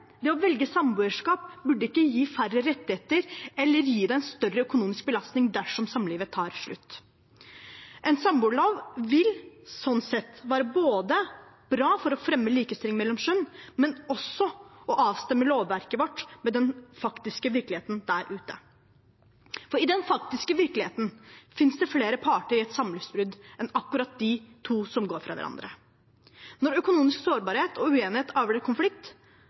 gi en større økonomisk belastning dersom samlivet tar slutt. En samboerlov vil slik sett være bra for å fremme likestilling mellom kjønnene, men også for å avstemme lovverket vårt til den faktiske virkeligheten der ute. I den faktiske virkeligheten finnes det flere parter i et samlivsbrudd enn akkurat de to som går fra hverandre. Når økonomisk sårbarhet og uenighet avler konflikt,